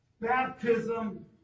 Baptism